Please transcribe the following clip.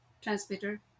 transmitter